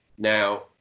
Now